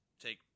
take